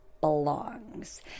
belongs